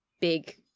big